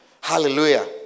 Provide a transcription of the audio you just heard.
Hallelujah